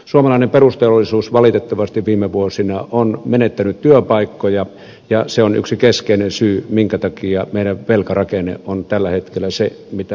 suomalainen perusteollisuus valitettavasti viime vuosina on menettänyt työpaikkoja ja se on yksi keskeinen syy minkä takia meidän velkarakenteemme on tällä hetkellä se mitä on